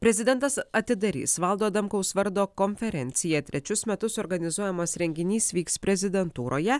prezidentas atidarys valdo adamkaus vardo konferenciją trečius metus organizuojamas renginys vyks prezidentūroje